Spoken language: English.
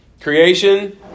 Creation